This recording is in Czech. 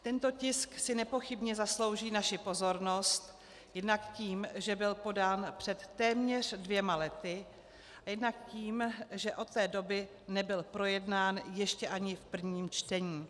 Tento tisk si nepochybně zaslouží naši pozornost jednak tím, že byl podán před téměř dvěma lety, a jednak tím, že od té doby nebyl projednán ještě ani v prvním čtení.